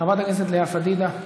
חברת הכנסת לאה פדידה,